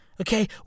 Okay